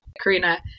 Karina